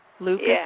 Lucas